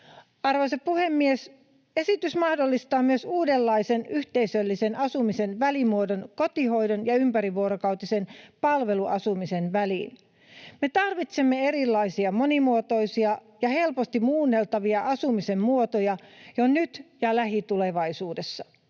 Arvoisa puhemies! Esitys mahdollistaa myös uudenlaisen yhteisöllisen asumisen välimuodon kotihoidon ja ympärivuorokautisen palveluasumisen väliin. Me tarvitsemme erilaisia monimuotoisia ja helposti muunneltavia asumisen muotoja jo nyt ja lähitulevaisuudessa.